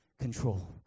Control